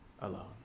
alone